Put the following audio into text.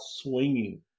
swinging